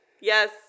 Yes